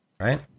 right